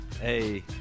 hey